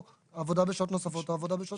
עבודה בשעות נוספות או עבודה בשעות שבת.